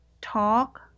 talk